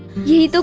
you